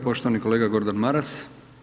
Poštovani kolega Gordan Maras.